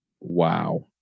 wow